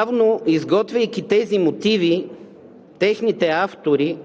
Явно, изготвяйки тези мотиви, техните автори